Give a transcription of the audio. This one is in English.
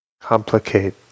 complicate